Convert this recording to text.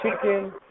chicken